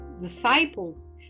disciples